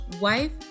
wife